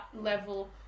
level